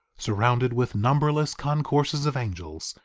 surrounded with numberless concourses of angels,